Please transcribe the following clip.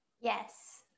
Yes